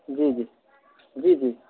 جی جی جی جی